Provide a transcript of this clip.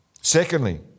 Secondly